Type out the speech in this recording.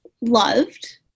loved